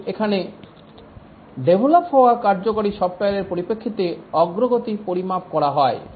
কিন্তু এখানে ডেভেলপ হওয়া কার্যকরী সফ্টওয়্যারের পরিপ্রেক্ষিতে অগ্রগতি পরিমাপ করা হয়